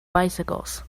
bicycles